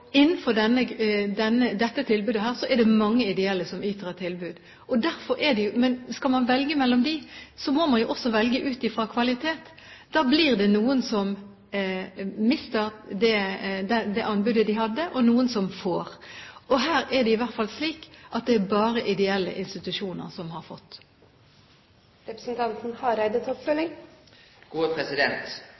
Innenfor dette området er det mange ideelle som yter et tilbud. Men skal man velge mellom dem, må man også velge ut fra kvalitet. Da blir det noen som mister det anbudet de har fått, og noen andre som får. Her er det i hvert fall slik at det er bare ideelle institusjoner som har fått. Eg deler fullt og heilt engasjementet til